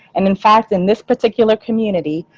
and in fact, in this particular community.